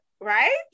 Right